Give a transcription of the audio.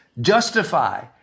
justify